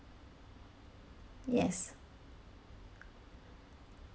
yes